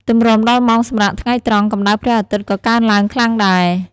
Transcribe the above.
ទម្រាំដល់ម៉ោងសម្រាកថ្ងៃត្រង់ កម្ដៅព្រះអាទិត្យក៏កើនឡើងខ្លាំងដែរ។